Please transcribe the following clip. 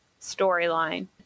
storyline